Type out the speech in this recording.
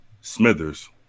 Smithers